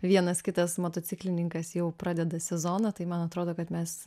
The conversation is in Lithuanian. vienas kitas motociklininkas jau pradeda sezoną tai man atrodo kad mes